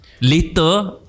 Later